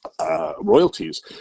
Royalties